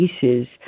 pieces